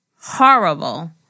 horrible